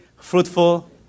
fruitful